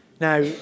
Now